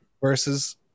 versus